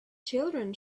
children